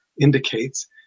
indicates